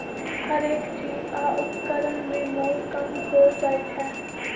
हरेक चीज आ उपकरण में मोल कम हो जाइ छै